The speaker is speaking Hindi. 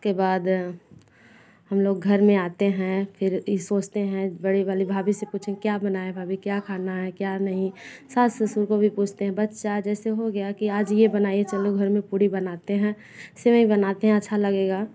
उसके बाद हम लोग घर में आते हैं फिर ये सोचते हैं बड़े बाले भाभी से पूछे क्या बनाए भाभी क्या खाना है क्या नहीं सास ससुर को भी पूछते है बच्चा जैसे हो गया कि आज ये बनाए चलो घर में पूड़ी बनाते हैं सेवई बनाते है अच्छा लगेगा